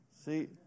See